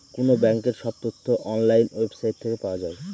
কোনো ব্যাঙ্কের সব তথ্য অনলাইন ওয়েবসাইট থেকে পাওয়া যায়